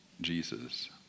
Jesus